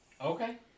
Okay